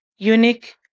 Unique